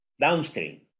downstream